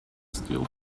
steel